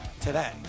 today